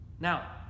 Now